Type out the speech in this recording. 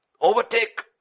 Overtake